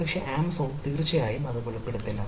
പക്ഷേ ആമസോൺ തീർച്ചയായും ഇത് വെളിപ്പെടുത്തില്ല